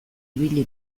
ibili